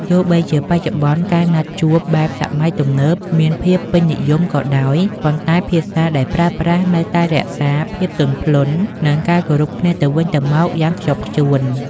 ទោះបីជាបច្ចុប្បន្ន ការណាត់ជួបបែបសម័យទំនើបមានភាពពេញនិយមក៏ដោយ ប៉ុន្តែភាសាដែលប្រើប្រាស់នៅតែរក្សាភាពទន់ភ្លន់ និងការគោរពគ្នាទៅវិញទៅមកយ៉ាងខ្ជាប់ខ្ជួន។